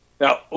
Now